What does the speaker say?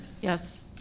Yes